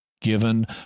given